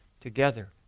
together